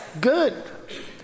Good